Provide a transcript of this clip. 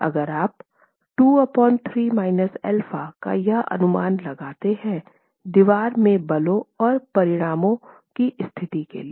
अगर आप 2 α का यह अनुमान लगाते हैं दीवार में बलों और परिणामों की स्थिति के लिए